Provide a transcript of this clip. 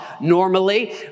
normally